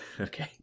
Okay